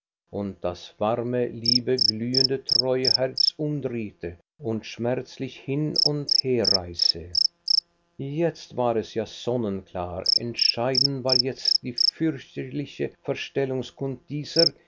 und das warme liebe glühende treue herz umdrehte und schmerzlich hin und herreiße jetzt war es ja sonnenklar entschieden war jetzt die fürchterliche